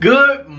Good